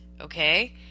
okay